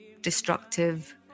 destructive